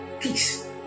peace